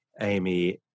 Amy